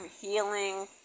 healing